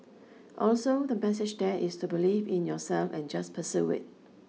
also the message there is to believe in yourself and just pursue it